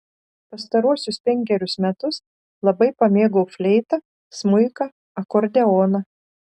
pastaruosius penkerius metus labai pamėgau fleitą smuiką akordeoną